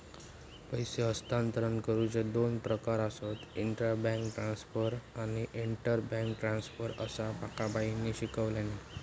पैसे हस्तांतरण करुचे दोन प्रकार आसत, इंट्रा बैंक ट्रांसफर आणि इंटर बैंक ट्रांसफर, असा माका बाईंनी शिकवल्यानी